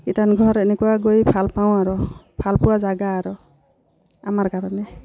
কীৰ্তন ঘৰ এনেকুৱা গৈ ভালপাওঁ আৰু ভালপোৱা জেগা আৰু আমাৰ কাৰণে